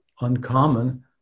uncommon